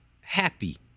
happy